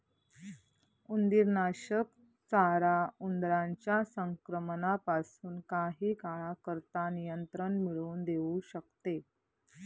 उंदीरनाशक चारा उंदरांच्या संक्रमणापासून काही काळाकरता नियंत्रण मिळवून देऊ शकते